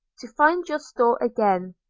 to find your store again,